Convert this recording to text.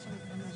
10:22)